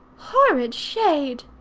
horrid shade!